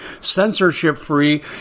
censorship-free